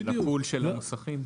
בפּוּל של המוסכים?